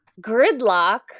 gridlock